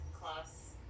class